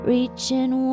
Reaching